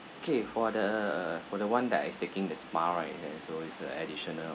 okay for the for the one that is taking the spa right there's always a additional